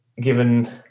given